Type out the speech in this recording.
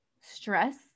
stress